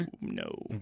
No